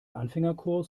anfängerkurs